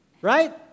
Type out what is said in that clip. Right